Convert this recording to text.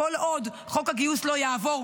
נכון,